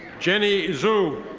jenny zu.